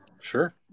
Sure